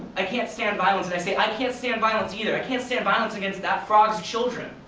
i can't stand violence. and i say, i can't stand violence either. i can't stand violence against that frog's children,